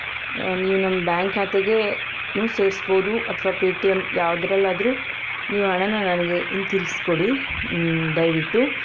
ನೀವು ನಮ್ಮ ಬ್ಯಾಂಕ್ ಖಾತೆಗೆ ನೂ ಸೇರಿಸ್ಬೋದು ಅಥವಾ ಪೇ ಟಿ ಎಮ್ ಯಾವುದ್ರಲ್ಲಾದ್ರೂ ನೀವು ಹಣನ ನನಗೆ ಹಿಂತಿರುಗಿಸಿ ಕೊಡಿ ದಯವಿಟ್ಟು